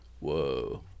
Whoa